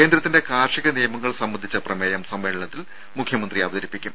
കേന്ദ്രത്തിന്റെ കാർഷിക നിയമങ്ങൾ സംബന്ധിച്ച പ്രമേയം സമ്മേളനത്തിൽ മുഖ്യമന്ത്രി അവതരിപ്പിക്കും